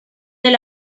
del